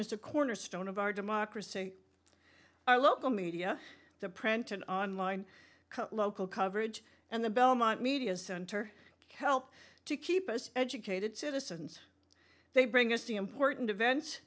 is the cornerstone of our democracy our local media the print and online local coverage and the belmont media center help to keep us educated citizens they bring us the important event